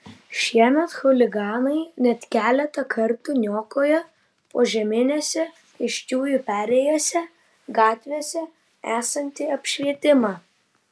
šiemet chuliganai net keletą kartų niokojo požeminėse pėsčiųjų perėjose gatvėse esantį apšvietimą